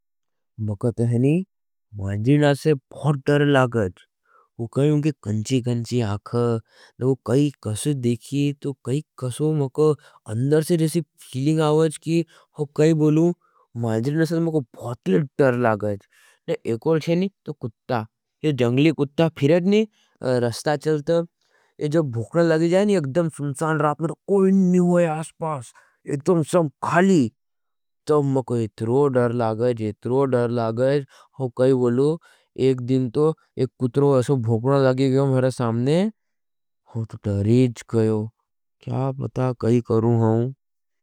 मैंका तो हज नहीं, मांजी नाथ से बहुत डर लागाज। वो कही हूँ कि कंची-कंची आख, नहीं वो कई कसव देखी, तो कई कसव मैंका अंदर से जैसे फिलिंग आओज कि हो कही बोलू, मांजी नाथ से मैंका बहुत डर लागाज। कुट्टा, जंगली कुट्टा फिरेजनी रस्ता चलते हजं। जब भूकना लगी जाये नी एकडम सुम्सान रात में कोई नहीं होई आसपास, एकडम सब खाली, तो मैंका इतरो डर लागाज। कुट्टा, जंगली कुट्टा फिरेजनी रस्ता चलते हजं। जब भूकना लगी जाये नी एकडम सुम्सान रात में कोई नहीं होई आसपास, एकडम सब खाली, तो मैंका इतरो डर लागाज।